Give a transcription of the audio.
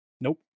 Nope